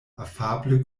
afable